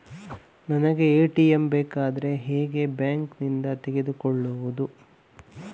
ನಮಗೆ ATM card ಬೇಕಾದ್ರೆ ಹೇಗೆ ಬ್ಯಾಂಕ್ ನಿಂದ ತೆಗೆದುಕೊಳ್ಳುವುದು?